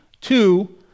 Two